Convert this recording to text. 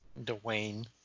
Dwayne